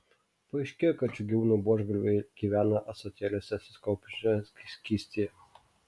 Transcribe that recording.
paaiškėjo kad šių gyvūnų buožgalviai gyvena ąsotėliuose susikaupiančiame skystyje